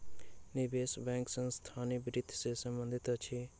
निवेश बैंक संस्थानीय वित्त सॅ संबंधित अछि